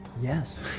yes